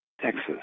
Texas